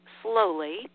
slowly